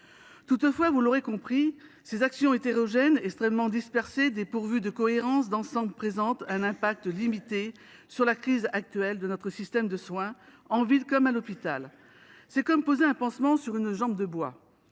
Toutefois, vous l’aurez compris, ces actions hétérogènes, extrêmement dispersées, dépourvues de cohérence d’ensemble, présentent un impact limité sur la crise actuelle de notre système de soins, en ville comme à l’hôpital. C’est comme poser un pansement sur une jambe de bois